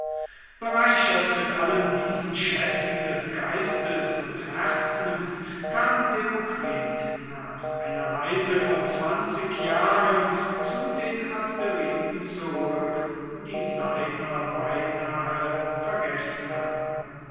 bereichert mit allen diesen schätzen des geistes und herzens kam demokritus nach einer reise von zwanzig jahren zu den abderiten zurück die seiner beinahe vergessen hatten